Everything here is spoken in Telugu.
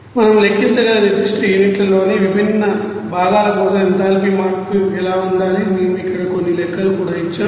మనం లెక్కించగల నిర్దిష్ట యూనిట్లలోని విభిన్న భాగాల కోసం ఎంథాల్పీ మార్పు ఎలా ఉండాలి మేము ఇక్కడ కొన్ని లెక్కలు కూడా ఇచ్చాము